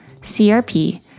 CRP